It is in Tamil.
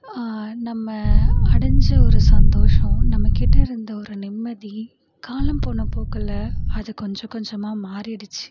நம்ம அடைஞ்ச ஒரு சந்தோஷம் நம்மகிட்ட இருந்த ஒரு நிம்மதி காலம் போன போக்கில் அது கொஞ்சம் கொஞ்சமாக மாறிடுச்சு